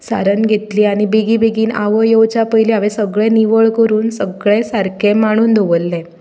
सारण घेतली आनी बेगी बेगीन आवय येवच्या पयलीं हांवें सगळें निवळ करून सगळें सारकें मांडून दवरलें